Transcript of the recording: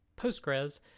Postgres